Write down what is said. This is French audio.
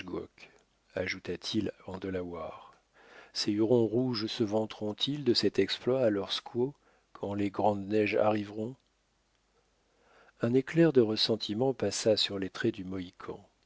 ajouta-t-il en de la voir ces hurons rouges se vanteront ils de cet exploit à leurs squaws quand les grandes neiges arriveront un éclair de ressentiment passa sur les traits du mohican